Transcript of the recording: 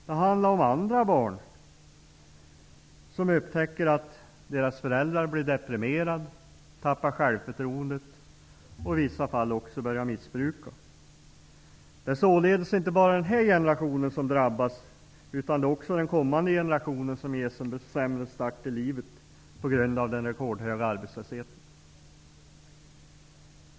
Det handlar om andra barn som upptäcker att deras föräldrar blir deprimerade, tappar självförtroendet och i vissa fall även börjar missbruka. Det är således inte bara den här generationen som drabbas, utan det är också den kommande generationen som ges en sämre start i livet på grund av den rekordhöga arbetslösheten.